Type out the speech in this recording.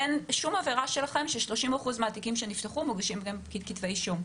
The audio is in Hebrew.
אין שום עבירה שלכם שב-30 אחוז מהתיקים שנפתחו מוגשים גם כתבי אישום.